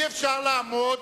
אי-אפשר לעמוד.